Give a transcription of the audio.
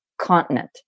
continent